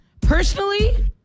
personally